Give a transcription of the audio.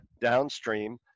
downstream